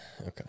okay